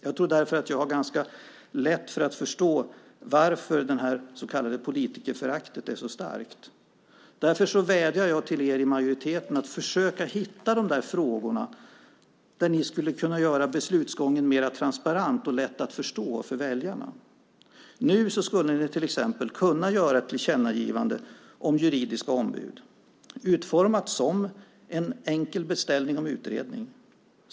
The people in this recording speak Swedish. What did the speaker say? Jag tror därför att jag har ganska lätt att förstå varför det så kallade politikerföraktet är så starkt. Därför vädjar jag till er i majoriteten att försöka hitta de där frågorna där ni skulle kunna göra beslutsgången mer transparent och lätt att förstå för väljarna. Nu skulle ni till exempel kunna göra ett tillkännagivande om juridiska ombud, utformat som en enkel beställning om utredning.